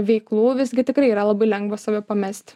veiklų visgi tikrai yra labai lengva save pamesti